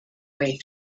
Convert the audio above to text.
way